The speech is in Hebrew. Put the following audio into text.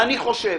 ואני חושב